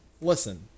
listen